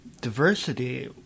diversity